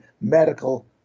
medical